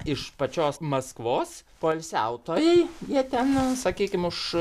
iš pačios maskvos poilsiautojai jie ten sakykim už